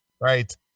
Right